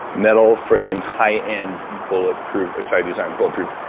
metal frame high end, bulletproof. sorry, these aren't bulletproof.